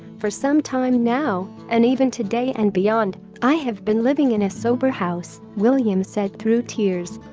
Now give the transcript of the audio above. for some time now, and even today and beyond, i have been living in a sober house, williams said through tears